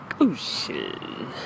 ocean